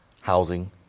housing